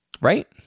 Right